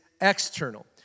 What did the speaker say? external